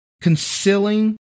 concealing